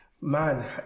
Man